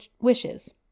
wishes